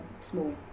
small